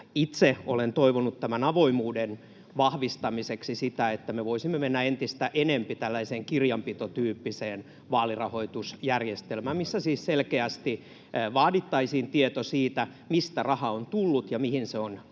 itse olen toivonut tämän avoimuuden vahvistamiseksi sitä, että me voisimme mennä entistä enempi tällaiseen kirjanpitotyyppiseen vaalirahoitusjärjestelmään, missä siis selkeästi vaadittaisiin tieto siitä, mistä raha on tullut ja mihin se on käytetty.